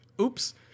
oops